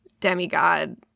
demigod